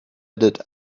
did